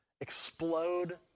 explode